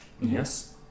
Yes